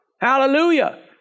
Hallelujah